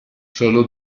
solo